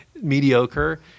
mediocre